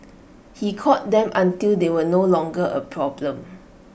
he caught them until they were no longer A problem